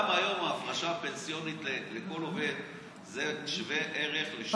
גם היום ההפרשה הפנסיונית לכל עובד שוות ערך ל-2% בשנה.